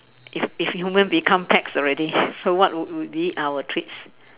if if human become pets already so what would would be our treats